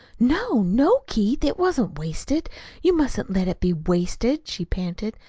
no, no, keith, it wasn't wasted you mustn't let it be wasted, she panted.